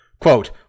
Quote